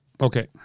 Okay